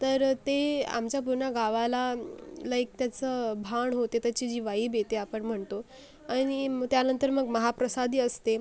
तर ते आमच्या पूर्ण गावाला लाइक त्याचं भान होते त्याची जी वाइब येते आपण म्हणतो आणि त्यानंतर मग महाप्रसादही असते